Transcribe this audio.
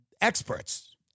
experts